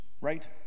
right